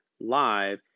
live